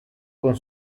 con